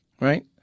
Right